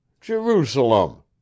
Jerusalem